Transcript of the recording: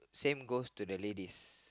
same goes to the ladies